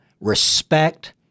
respect